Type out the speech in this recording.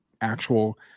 actual